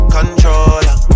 Controller